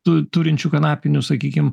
tu turinčių kanapių sakykim